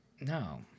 No